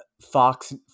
Fox